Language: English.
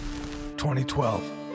2012